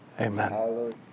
Amen